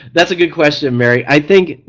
that's a good question mary, i think